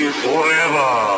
forever